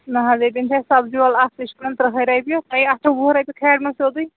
نہ حظ ییٚتین چھِ اَسہِ سَبزۍ وول اکھ سُہ چھُ دِوان ترٛہَے رۄپیہِ تۄہہِ آسوٕ وُہ رۄپیہِ پھیرنَس سیودُے